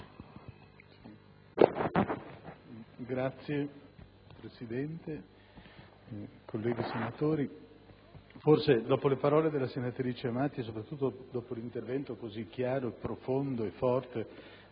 Signora Presidente, colleghi senatori, dopo le parole della senatrice Amati e soprattutto dopo l'intervento così chiaro, profondo e forte